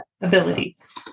abilities